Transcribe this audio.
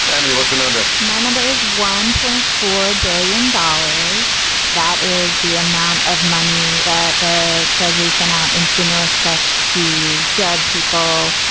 but emily, what's your number? my number is one point four billion dollars. that is the amount of money that the treasury send out in stimulus checks to dead people.